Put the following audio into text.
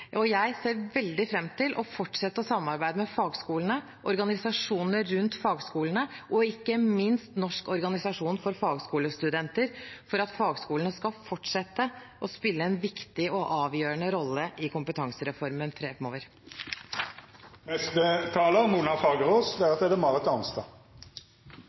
Jeg ser veldig fram til å fortsette å samarbeide med fagskolene, organisasjoner rundt fagskolene og ikke minst Organisasjon for norske fagskolestudenter for at fagskolene skal fortsette å spille en viktig og avgjørende rolle i kompetansereformen framover. Jeg går sterkt imot forslaget fra det